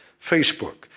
facebook,